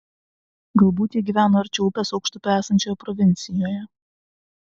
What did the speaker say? galbūt jie gyveno arčiau upės aukštupio esančioje provincijoje